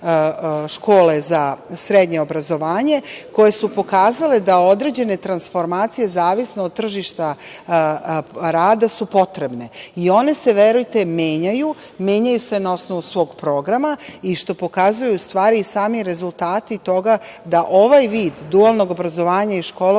škole za srednje obrazovanje koje su pokazale da određene transformacije, zavisno od tržišta rada, su potrebne i one se verujte menjaju. Menjaju se na osnovu svog programa, i što pokazuju u stvari i sami rezultati toga da ovaj vid dualnog obrazovanja i školovanja